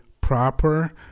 proper